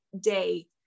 day